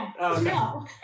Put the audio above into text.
no